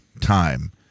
time